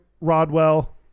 Rodwell